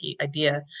idea